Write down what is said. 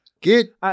get